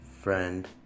friend